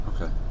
Okay